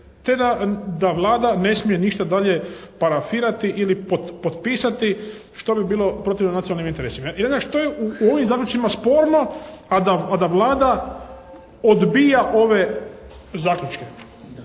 te da Vlada ne smije ništa dalje parafirati ili potpisati što bi bilo protivno nacionalnim interesima. Ja ne znam što je u ovim zaključcima sporno a da Vlada odbija ove zaključke.